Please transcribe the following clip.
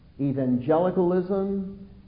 evangelicalism